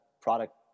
product